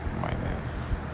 Minus